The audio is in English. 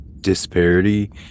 disparity